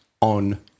on